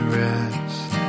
rest